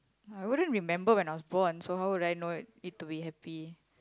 I wouldn't remember when I was born so how would I know it to be happy